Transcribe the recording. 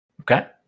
okay